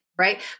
right